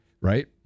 Right